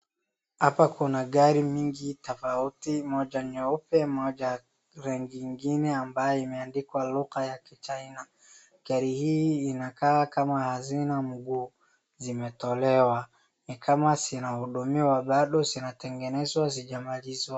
Hapa kuna gari mingi tofauti moja nyeupe, moja rangi ingine amabaye imeandikwa lugha ya kichina. Gari hii inakaa kama hazina mguu, zimetolewa. Ni kama zinahudumiwa bado zinatengenezwa hazijamalizwa.